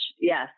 Yes